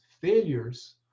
failures